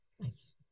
Nice